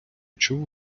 чув